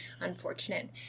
unfortunate